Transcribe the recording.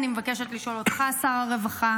לכן אני מבקשת לשאול אותך, שר הרווחה: